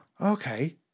okay